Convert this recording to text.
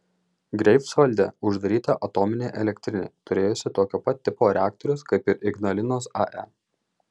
greifsvalde uždaryta atominė elektrinė turėjusi tokio pat tipo reaktorius kaip ir ignalinos ae